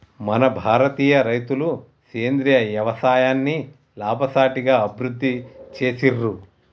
మన భారతీయ రైతులు సేంద్రీయ యవసాయాన్ని లాభసాటిగా అభివృద్ధి చేసిర్రు